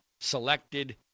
selected